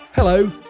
Hello